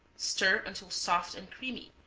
stir until soft and creamy,